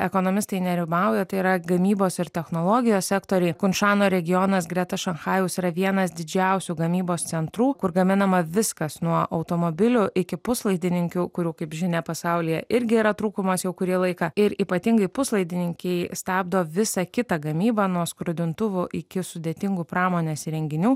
ekonomistai nerimauja tai yra gamybos ir technologijos sektoriai kunšano regionas greta šanchajaus yra vienas didžiausių gamybos centrų kur gaminama viskas nuo automobilių iki puslaidininkių kurių kaip žinia pasaulyje irgi yra trūkumas jau kurį laiką ir ypatingai puslaidininkiai stabdo visą kitą gamybą nuo skrudintuvų iki sudėtingų pramonės įrenginių